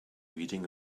reading